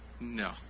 No